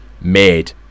made